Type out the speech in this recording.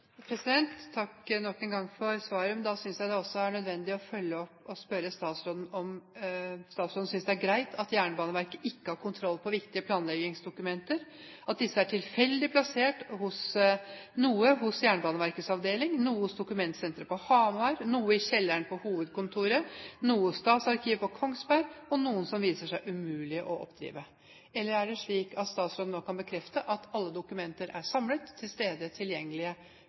nok en gang for svaret. Jeg synes det er nødvendig å følge det opp og spørre statsråden om hun synes det er greit at Jernbaneverket ikke har kontroll på viktige planleggingsdokumenter, at disse er tilfeldig plassert, noe hos Jernbaneverkets avdeling, noe hos dokumentsenteret på Hamar, noe i kjelleren på hovedkontoret, noe i Statsarkivet i Kongsberg, og at noen viser seg å være umulig å oppdrive. Eller er det slik at statsråden nå kan bekrefte at alle dokumenter er samlet, på plass og tilgjengelige,